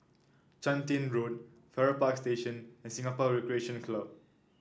Chun Tin Road Farrer Park Station and Singapore Recreation Club